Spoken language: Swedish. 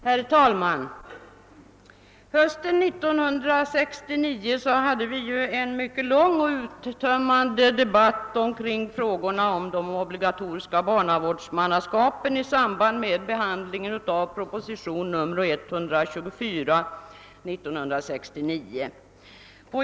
Herr talman! Hösten 1969 hade vi en mycket lång och uttömmande debatt omkring frågorna om det obligatoriska barnavårdsmannaskapet i samband med behandlingen av propositionen 124 år 1969.